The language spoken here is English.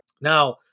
now